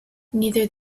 neither